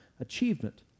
achievement